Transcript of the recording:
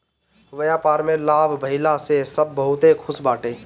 व्यापार में लाभ भइला से सब बहुते खुश बाटे